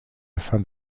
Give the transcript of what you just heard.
afin